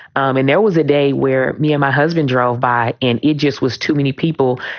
um and there was a day where me, my husband drove by and egypt was too many people.